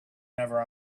never